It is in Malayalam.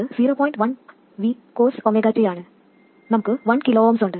1 V cos ωt ആണ് നമുക്ക് 1 kΩ ഉണ്ട്